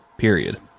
Period